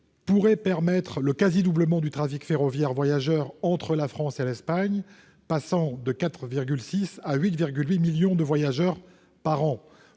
pourrait permettre le quasi-doublement du trafic ferroviaire des voyageurs entre la France et l'Espagne, qui passera de 4,6 à 8,8 millions de voyageurs par an.